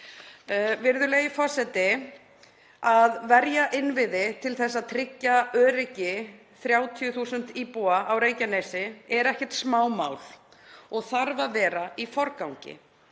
Virðulegi forseti. Að verja innviði til að tryggja öryggi 30.000 íbúa á Reykjanesi er ekkert smámál og þarf að vera í forgangi.